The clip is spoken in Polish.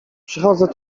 przychodzę